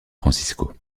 francisco